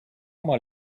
mal